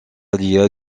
alia